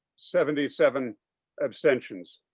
seventy seven abstentions.